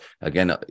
Again